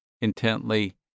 intently